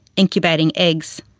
incubating eggs,